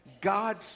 God